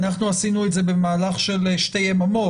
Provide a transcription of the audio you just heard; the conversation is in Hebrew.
אנחנו עשינו את זה במהלך של שתי יממות,